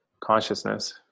consciousness